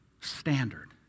standard